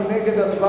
מי נגד?